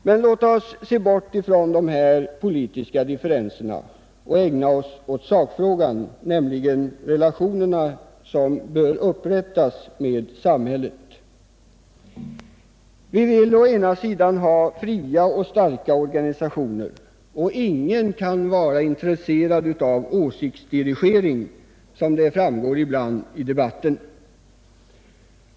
Men låt oss se bort från dessa politiska differenser och ägna .oss åt sakfrågan, nämligen relationerna som bör upprättas med samhället. Vi vill å ena sidan ha fria och starka organisationer, och ingen kan vara intresserad av åsiktsdirigering som man ibland kan tro av debatten.